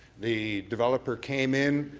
the developer came in,